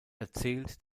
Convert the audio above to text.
erzählt